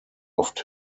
oft